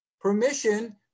permission